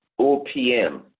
OPM